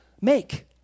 make